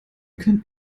können